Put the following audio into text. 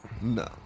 No